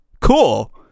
cool